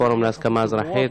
הפורום להסכמה אזרחית,